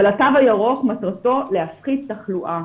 אבל התו הירוק מטרתו להפחית תחלואה,